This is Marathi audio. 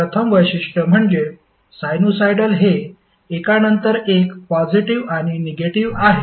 प्रथम वैशिष्ट्य म्हणजे साइनुसॉइडल हे एका नंतर एक पॉजिटीव्ह आणि निगेटिव्ह आहे